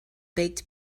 baked